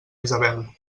isabel